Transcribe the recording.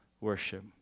worship